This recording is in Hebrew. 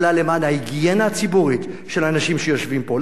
אלא למען ההיגיינה הציבורית של האנשים שיושבים פה.